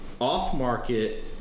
off-market